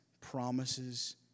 promises